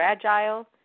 fragile